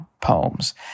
poems